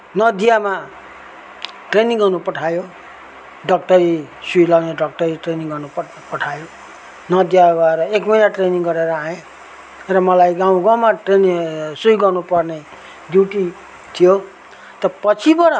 नदियामा training गर्न पठायो डक्टरी सुई लाउने डक्टरी ट्रेनिङ गर्न प पठायो नदिया गएर एक महिना ट्रेनिङ गरेर आएँ र मलाई गाउँ गाउँमा ट्रेनिङ ए सुई लाउनु पर्ने ड्युटी थियो त पछिबाट